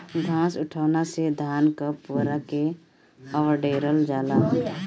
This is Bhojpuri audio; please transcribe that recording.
घास उठौना से धान क पुअरा के अवडेरल जाला